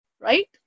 right